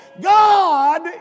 God